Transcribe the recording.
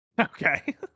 okay